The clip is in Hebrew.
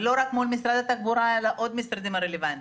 ולא רק מול משרד התחבורה אלא עוד משרדים רלוונטיים.